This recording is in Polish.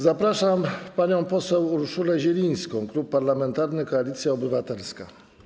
Zapraszam panią poseł Urszulę Zielińską, Klub Parlamentarny Koalicja Obywatelska.